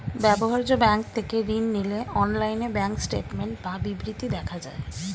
ব্যবহার্য ব্যাঙ্ক থেকে ঋণ নিলে অনলাইনে ব্যাঙ্ক স্টেটমেন্ট বা বিবৃতি দেখা যায়